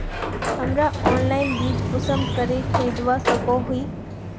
हमरा ऑनलाइन बीज कुंसम करे खरीदवा सको ही?